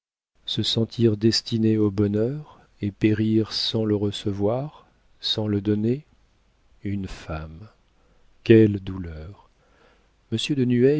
se sentir destinée au bonheur et périr sans le recevoir sans le donner une femme quelles douleurs